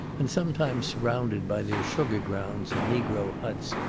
and sometimes surrounded by their sugar grounds and negro huts,